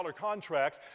contract